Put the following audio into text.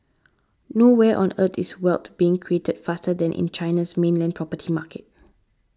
nowhere on Earth is wealth being created faster than in China's mainland property market